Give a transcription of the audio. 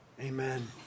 Amen